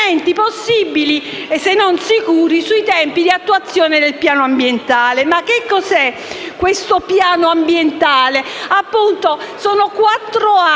possibili, se non sicuri, sui tempi di attuazione del piano ambientale. Ma cos'è questo piano ambientale? Sono passati quattro anni